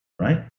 right